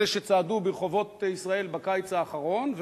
אלה שצעדו ברחובות ישראל בקיץ האחרון,